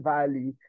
Valley